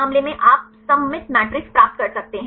तो इस मामले में आप सममित मैट्रिक्स प्राप्त कर सकते हैं